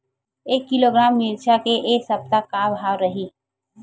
एक किलोग्राम मिरचा के ए सप्ता का भाव रहि?